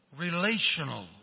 Relational